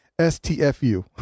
stfu